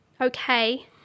okay